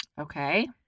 Okay